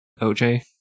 OJ